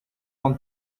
want